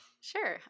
Sure